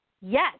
yes